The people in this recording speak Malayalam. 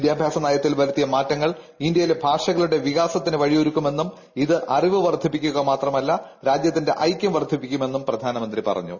വിദ്യാഭ്യാസ നയത്തിൽ വരുത്തിയ മാറ്റങ്ങൾ ഇന്ത്യയിലെ ഭാഷകളുടെ വികാസത്തിനു വഴിയൊരുക്കുമെന്നും ഇത് അറിവ് വർദ്ധിപ്പിക്കുക മാത്രമല്ല രാജ്യത്തിന്റെ ഐക്യം വർദ്ധിപ്പിക്കുമെന്നും പ്രധാനമന്ത്രി പറഞ്ഞു